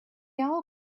all